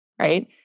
right